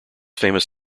famous